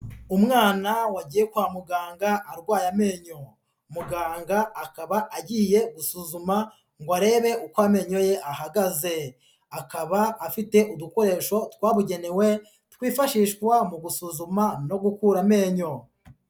Umwana wagiye kwa muganga arwaye amenyo, muganga akaba agiye gusuzuma ngo arebe uko amenyo ye ahagaze, akaba afite udukoresho twabugenewe twifashishwa mu gusuzuma no gukura amenyo.